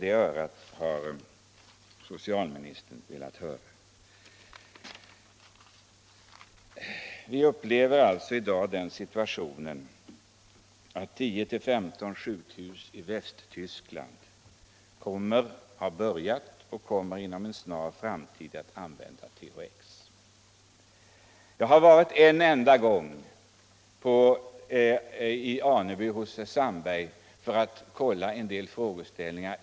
Men socialministern har inte velat höra heller på det örat. Situationen är i dag sådan att 10-15 sjukhus i Västtyskland har börjat eller inom en snar framtid kommer att börja med att använda THX. Jag har varit hos herr Sandberg i Aneby bara en gång för att kolla en del uppgifter.